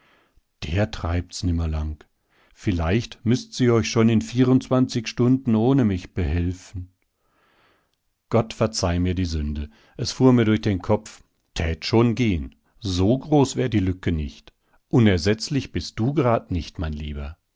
der treibt's nimmer lang vielleicht müßt's ihr euch schon in vierundzwanzig stunden ohne mich behelfen gott verzeih mir die sünde es fuhr mir durch den kopf tät schon gehen so groß wär die lücke nicht unersetzlich bist du gerad nicht mein lieber